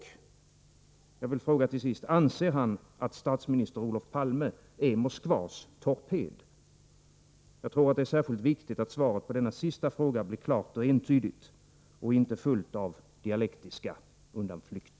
Anser han, till sist, att statsminister Olof Palme är Moskvas torped? Jag tror att det är särskilt viktigt att svaret på denna sista fråga blir klart och entydigt och inte fullt av dialektiska undanflykter.